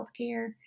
healthcare